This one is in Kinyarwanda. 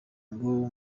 ngo